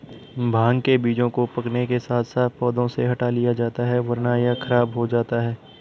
भांग के बीजों को पकने के साथ साथ पौधों से हटा लिया जाता है वरना यह खराब हो जाता है